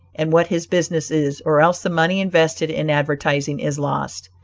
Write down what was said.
and what his business is, or else the money invested in advertising is lost.